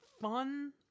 fun